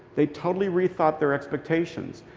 they totally rethought their expectations.